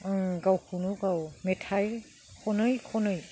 आं गावखौनो गाव मेथाइ खनै खनै